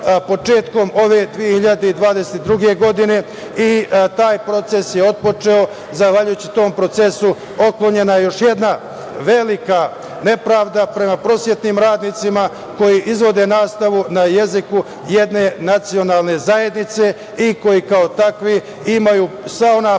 ove 2022. godine. Taj proces je otpočeo. Zahvaljujući tom procesu otklonjena je još jedna velika nepravda prema prosvetnim radnicima koji izvode nastavu na jeziku jedne nacionalne zajednice i koji kao takvi imaju sva ona